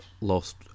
lost